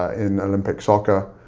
in olympic soccer,